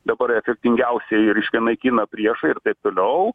dabar efektingiausiai reiškia naikina priešą ir taip toliau